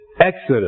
Exodus